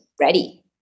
ready